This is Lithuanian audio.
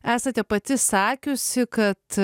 esate pati sakiusi kad